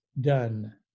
done